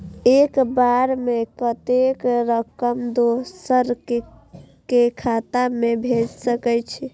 एक बार में कतेक रकम दोसर के खाता में भेज सकेछी?